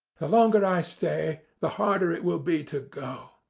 the longer i stay, the harder it will be to go.